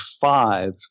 five